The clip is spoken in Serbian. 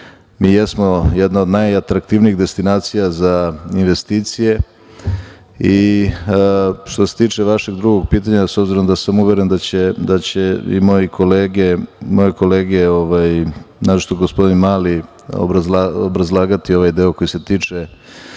mi jesmo jedna od najatraktivnijih destinacija za investicije. Što se tiče vašeg drugog pitanja, s obzirom da sam uveren da će i moje kolege, naročito gospodin Mali, obrazlagati ovaj deo koji se tiče